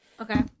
Okay